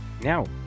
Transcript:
now